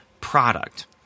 product